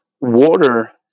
water